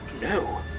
No